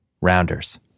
Rounders